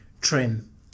trim